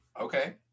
okay